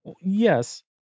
Yes